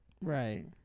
Right